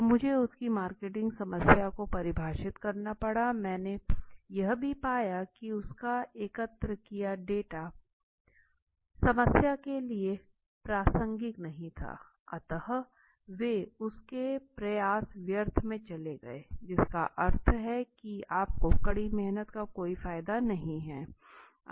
तो मुझे उसकी मार्केटिंग समस्या को परिभाषित करना पड़ा मैंने यह भी पाया की उसका एकत्र किया गया डेटा समस्या के लिए प्रासंगिक नहीं था अंततः वे उसके प्रयास व्यर्थता में चले गए जिसका अर्थ है कि आपकी कड़ी मेहनत का कोई फायदा नहीं है